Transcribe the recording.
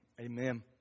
Amen